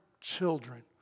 children